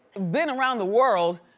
been around the world,